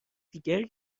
دیگری